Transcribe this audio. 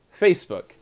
Facebook